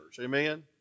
Amen